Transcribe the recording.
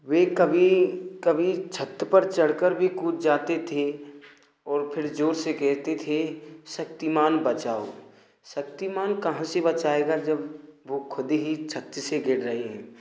वे कभी कभी छत पर चढ़ कर भी कूद जाते थे और फिर जोर से कहते थे शक्तिमान बचाओ शक्तिमान कहाँ से बचाएगा जब वह ख़ुद ही छत से गिर रहे हैं